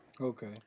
Okay